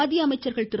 மத்திய அமைச்சர்கள் திரு